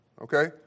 Okay